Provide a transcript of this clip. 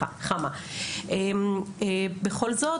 ובכל זאת,